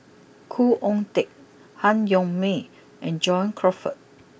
Khoo Oon Teik Han Yong May and John Crawfurd